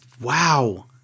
Wow